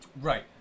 Right